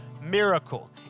miracle